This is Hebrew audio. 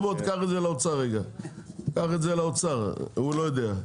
הוא לא יודע.